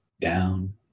down